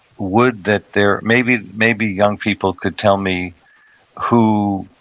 would that there, maybe maybe young people could tell me who,